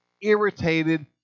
irritated